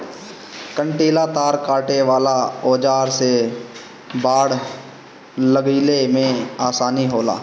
कंटीला तार काटे वाला औज़ार से बाड़ लगईले में आसानी होला